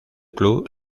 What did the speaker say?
club